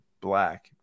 black